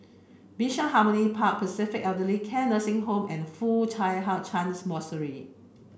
Bishan Harmony Park Pacific Elder Care Nursing Home and Foo Hai Ch'an Monastery